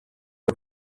are